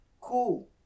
cool